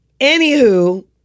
Anywho